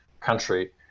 country